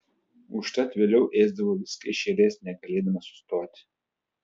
užtat vėliau ėsdavau viską iš eilės negalėdama sustoti